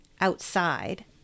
outside